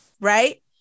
right